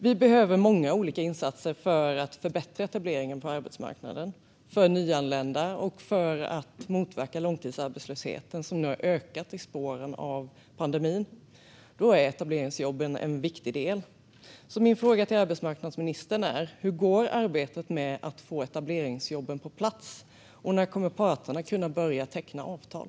Vi behöver många olika insatser för att förbättra etableringen på arbetsmarknaden för nyanlända och för att motverka långtidsarbetslösheten, som nu har ökat i spåren av pandemin. Etableringsjobben är en viktig del. Min fråga till arbetsmarknadsministern är därför: Hur går arbetet med att få etableringsjobben på plats, och när kommer parterna att kunna börja teckna avtal?